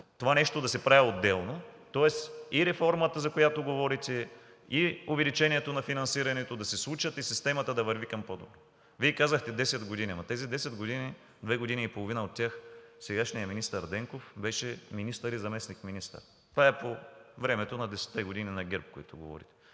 това нещо да се прави отделно. Тоест и реформата, за която говорите, и увеличението на финансирането да се случат и системата да върви към по-добро. Вие казахте 10 години, ама от тези 10 години две години и половина от тях сегашният министър Денков беше министър и заместник-министър. Това е по времето на десетте години на ГЕРБ, за които говорите.